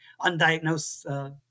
undiagnosed